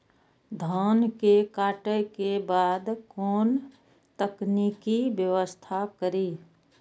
धान के काटे के बाद कोन तकनीकी व्यवस्था करी?